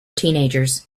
teenagers